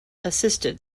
assisted